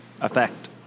effect